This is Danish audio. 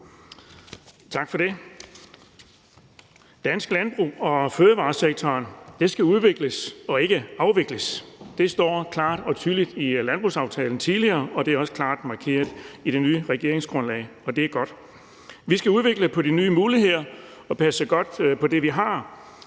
danske landbrugs- og fødevaresektor skal udvikles og ikke afvikles. Det står klart og tydeligt i landbrugsaftalen fra tidligere, og det er også klart markeret i det nye regeringsgrundlag. Og det er godt. Vi skal udvikle på de nye muligheder og passe godt på det, vi har.